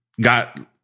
got